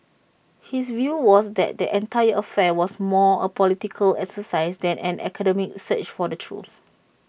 his view was that the entire affair was more A political exercise than an academic search for the truth